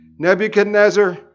Nebuchadnezzar